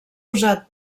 usat